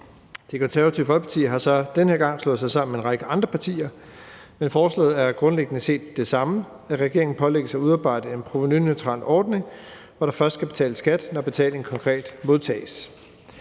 har så den her gang slået sig sammen med en række andre partier, men forslaget er grundlæggende set det samme, nemlig at regeringen pålægges at udarbejde en provenuneutral ordning, hvor der først skal betales skat, når betalingen konkret modtages.